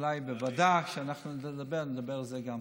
אולי בוועדה, כשאנחנו נדבר,